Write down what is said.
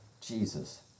Jesus